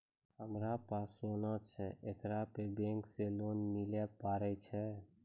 हमारा पास सोना छै येकरा पे बैंक से लोन मिले पारे छै?